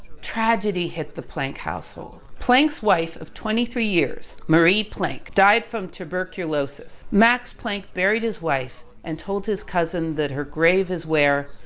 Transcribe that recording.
tragedy hit the planck household. planck's wife of twenty three years. marie planck died from tuberculosis. max planck buried his wife and told his cousin that her grave is where,